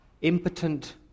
impotent